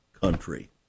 country